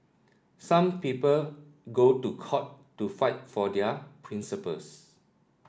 some people go to court to fight for their principles